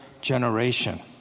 generation